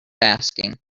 asking